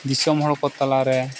ᱫᱤᱥᱚᱢ ᱦᱚᱲ ᱠᱚ ᱛᱟᱞᱟᱨᱮ